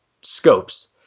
scopes